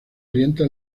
orienta